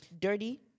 Dirty